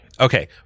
Okay